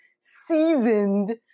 seasoned